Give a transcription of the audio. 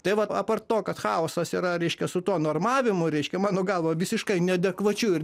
tai vat aptart to kad chaosas yra reiškia su tuo normavimu reiškia mano galva visiškai neadekvačiu ir